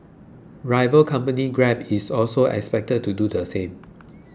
rival company Grab is also expected to do the same